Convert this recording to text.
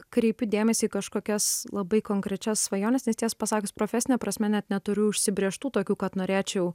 kreipiu dėmesį į kažkokias labai konkrečias svajones nes tiesą pasakius profesine prasme net neturiu užsibrėžtų tokių kad norėčiau